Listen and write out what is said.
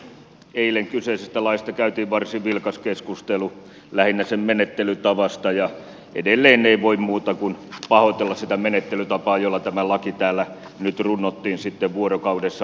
eilen kyseisestä laista käytiin varsin vilkas keskustelu lähinnä sen menettelytavasta ja edelleen ei voi muuta kuin pahoitella sitä menettelytapaa jolla tämä laki täällä nyt sitten runnottiin vuorokaudessa läpi